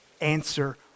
answer